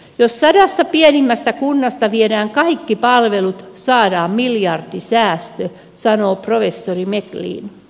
jos sadasta pienimmästä kunnasta viedään kaikki palvelut saadaan miljardisäästö sanoo professori meklin